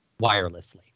wirelessly